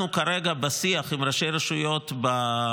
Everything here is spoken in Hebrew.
כרגע אנחנו בשיח עם ראשי רשויות המפונות,